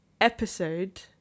episode